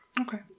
Okay